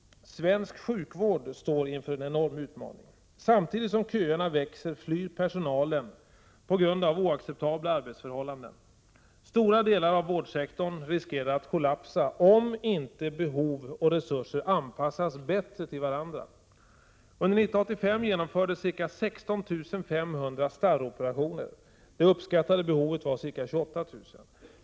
Svensk sjukvård står inför en enorm utmaning. Samtidigt som köerna växer flyr personalen på grund av oacceptabla arbetsförhållanden. Stora delar av vårdsektorn riskerar att kollapsa om inte behov och resurser anpassas till varandra. Under 1985 genomfördes ca 16 500 starroperationer — det uppskattade behovet var ca 28 000.